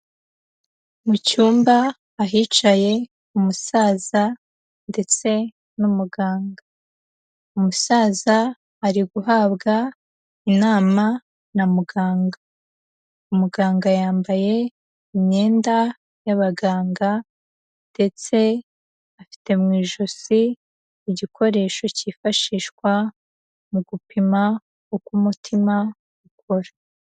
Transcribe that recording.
Mu cyumba ahicaye umusaza ndetse n'umuganga. Umusaza ari guhabwa inama na muganga. Umuganga yambaye imyenda y'abaganga ndetse afite mu ijosi igikoresho cyifashishwa mu gupima uko umutima ukora.